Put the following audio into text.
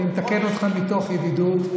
אני מתקן אותך מתוך ידידות,